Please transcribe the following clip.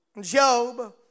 Job